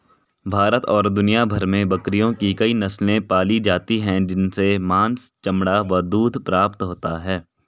भारत और दुनिया भर में बकरियों की कई नस्ले पाली जाती हैं जिनसे मांस, चमड़ा व दूध प्राप्त होता है